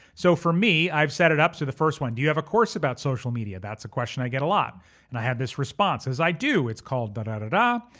so for me, i've set it up. so the first one, do you have a course about social media? that's a question i get a lot and i have this response as i do, it's called da, da, da,